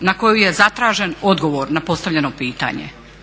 na koju je zatražen odgovor na postavljeno pitanje.